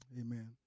amen